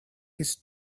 his